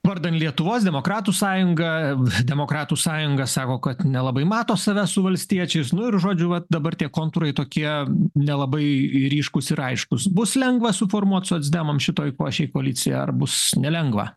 vardan lietuvos demokratų sąjunga demokratų sąjunga sako kad nelabai mato save su valstiečiais nu ir žodžiu va dabar tie kontūrai tokie nelabai ryškūs ir aiškūs bus lengva suformuoti socdemams šitoje košėj koaliciją ar bus nelengva